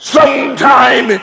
Sometime